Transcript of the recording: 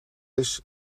eens